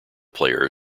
player